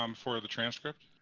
um for the transcript.